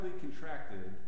contracted